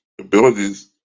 abilities